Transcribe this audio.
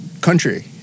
country